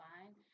fine